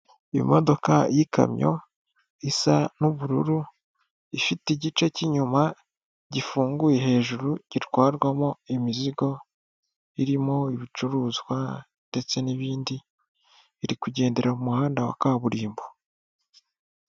Imodoka yikamyo isa n'ubururu ifite igice cy'inyuma gifunguye hejuru, gitwarwamo imizigo irimo ibicuruzwa ndetse n'ibindi, irikugendera mu muhanda wa kaburimbo.